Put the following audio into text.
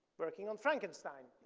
working on frankenstein.